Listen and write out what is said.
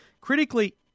critically